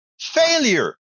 failure